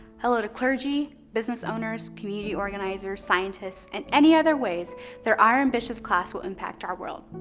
hello, to clergy, business owners, community organizers, scientists, and any other ways there are ambitious class will impact our world.